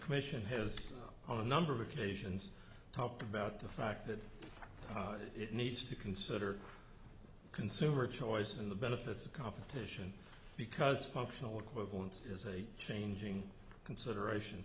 commission has a number of occasions talked about the fact that it needs to consider consumer choice in the benefits of competition because functional equivalent is a changing consideration